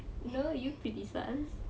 no you pretty sus